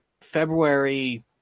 February